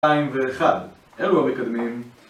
שתיים ואחד, אלו המקדמים